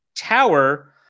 tower